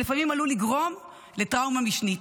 שלפעמים עלול לגרום לטראומה משנית.